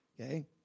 Okay